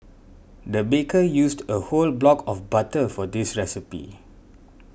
the baker used a whole block of butter for this recipe